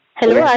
hello